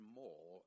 more